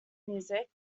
music